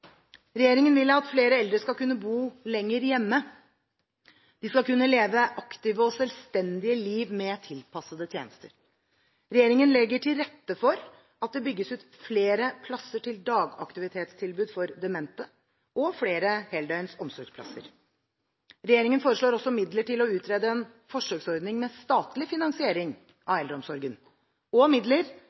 Regjeringen vil at flere eldre skal kunne bo lenger hjemme. De skal kunne leve aktive og selvstendige liv med tilpassede tjenester. Regjeringen legger til rette for at det bygges ut flere plasser til dagaktivitetstilbud for demente og flere heldøgns omsorgsplasser. Regjeringen foreslår også midler til å utrede en forsøksordning med statlig finansiering av eldreomsorgen og midler